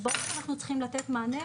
אז ברור שאנחנו צריכים לתת מענה,